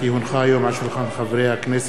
כי הונחו היום על שולחן הכנסת,